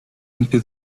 into